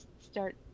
start